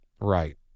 Right